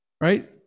Right